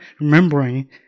remembering